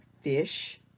fish